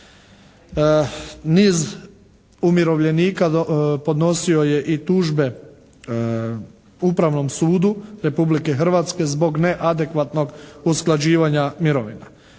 Niz umirovljenika podnosio je i tužbe Upravnom sudu Republike Hrvatske zbog neadekvatnog usklađivanja mirovina.